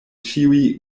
ĉiuj